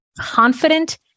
confident